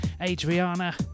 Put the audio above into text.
Adriana